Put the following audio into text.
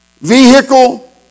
vehicle